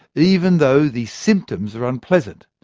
even though the symptoms are unpleasant.